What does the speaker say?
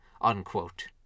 unquote